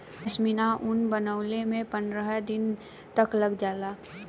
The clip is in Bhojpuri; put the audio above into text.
पश्मीना ऊन बनवले में पनरह दिन तक लग जाला